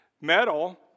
Metal